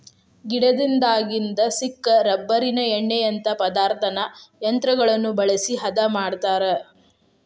ಗಿಡದಾಗಿಂದ ಸಿಕ್ಕ ರಬ್ಬರಿನ ಎಣ್ಣಿಯಂತಾ ಪದಾರ್ಥಾನ ಯಂತ್ರಗಳನ್ನ ಬಳಸಿ ಹದಾ ಮಾಡತಾರ